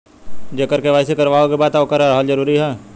जेकर के.वाइ.सी करवाएं के बा तब ओकर रहल जरूरी हे?